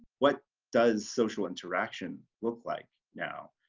what does social interaction look like now?